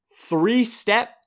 three-step